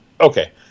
okay